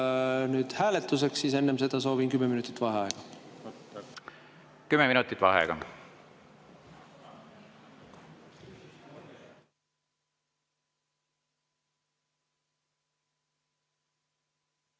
läheb hääletuseks, siis enne seda soovin kümme minutit vaheaega. Kümme minutit vaheaega.V